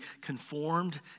conformed